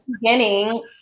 beginning